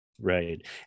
Right